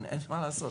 אין מה לעשות.